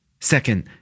Second